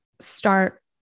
start